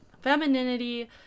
femininity